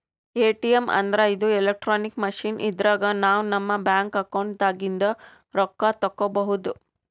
ATM ಅಂದ್ರ ಇದು electronic machine ಇದ್ರಾಗ್ ನಾವ್ ನಮ್ ಬ್ಯಾಂಕ್ ಅಕೌಂಟ್ ದಾಗಿಂದ್ ರೊಕ್ಕ ತಕ್ಕೋಬಹುದ್